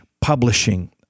publishing